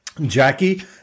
Jackie